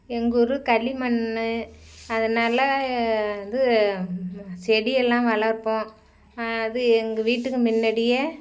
எங்கள் ஊரு களிமண்ணு அதனால வந்து செடியெல்லாம் வளர்ப்போம் இது எங்கள் வீட்டுக்கு முன்னடியே